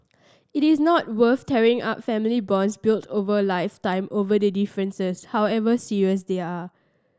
it is not worth tearing up family bonds built over a lifetime over these differences however serious they are